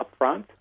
upfront